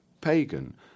pagan